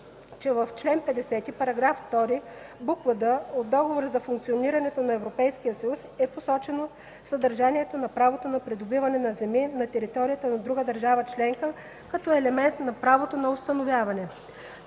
че в чл. 50, § 2, буква „д” от Договора за функционирането на Европейския съюз е посочено съдържанието на правото на придобиване на земи на територията на друга държава членка като елемент на правото на установяване.